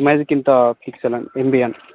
ఇమేజ్కి ఇంత fix MB అని